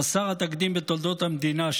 חסר התקדים בתולדות המדינה,